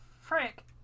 Frick